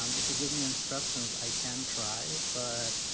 um if you give me instructions i can try but